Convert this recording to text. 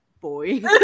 Boy